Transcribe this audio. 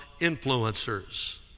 influencers